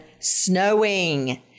snowing